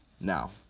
Now